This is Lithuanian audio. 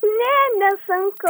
ne nesunku